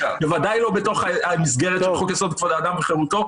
בוודאי לא במסגרת של חוק יסוד: כבוד האדם וחירותו,